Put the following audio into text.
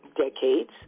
decades